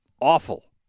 awful